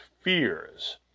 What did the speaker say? fears